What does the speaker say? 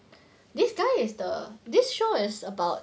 this guy is the this show is about